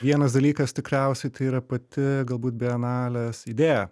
vienas dalykas tikriausiai tai yra pati galbūt bienalės idėja